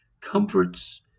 comforts